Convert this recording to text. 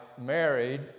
married